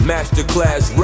Masterclass